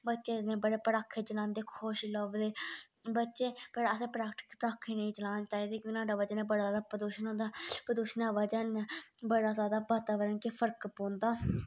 बच्चे इ'यां बड़े पटाखे चलांदे खुश लब्भदे पर अस पटाखे नेई चलाना चाहीदे ओह्दे वजहा ने बड़ा गै प्रदूशण होंदा परदूशणे वजहा ने बड़ा ज्यादे वातावरन दी फर्क पोंदा